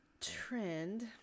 trend